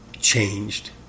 changed